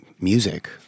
music